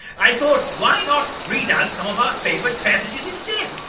i thought why not read out some of our favourite passages instead?